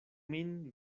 min